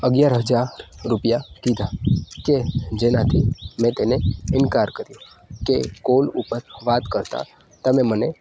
અગિયાર હજાર રૂપિયા કીધા કે જેનાથી મેં તેને ઈનકાર કર્યો કે કોલ ઉપર વાત કરતા તમે મને